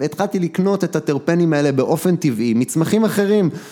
התחלתי לקנות את הטרפנים האלה באופן טבעי, מצמחים אחרים.